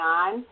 on